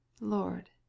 Lord